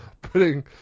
putting